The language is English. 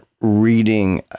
reading